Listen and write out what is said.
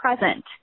present